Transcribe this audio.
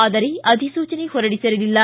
ಆದರೆ ಅಧಿಸೂಚನೆ ಹೊರಡಿಸಿರಲಿಲ್ಲ